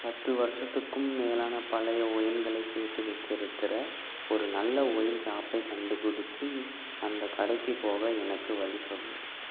பத்து வருஷத்துக்கும் மேலான பழைய ஒயின்களை சேர்த்து வச்சுருக்குற ஒரு நல்ல ஒயின் ஷாப்பை கண்டுபிடிச்சு அந்தக் கடைக்கு போக எனக்கு வழி சொல்